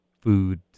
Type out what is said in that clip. food